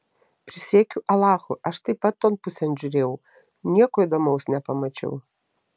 prisiekiu alachu aš taip pat ton pusėn žiūrėjau nieko įdomaus nepamačiau